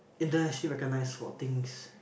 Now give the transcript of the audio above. internationally recognized for things